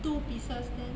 two pieces then